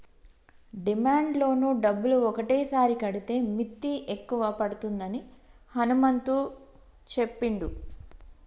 demand loan డబ్బులు ఒకటేసారి కడితే మిత్తి ఎక్కువ పడుతుందని హనుమంతు చెప్పిండు